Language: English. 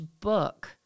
book